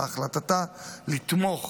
והחלטתה היא לתמוך